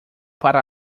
para